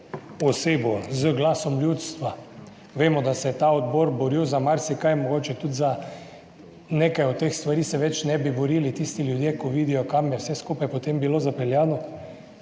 osebo z glasom ljudstva. Vemo, da se je ta odbor boril za marsikaj, mogoče tudi za nekaj od teh stvari se več ne bi borili tisti ljudje, ki vidijo kam je vse skupaj potem bilo zapeljano,